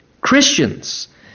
Christians